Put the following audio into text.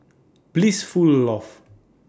Blissful Loft